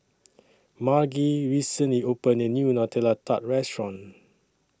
Margy recently opened A New Nutella Tart Restaurant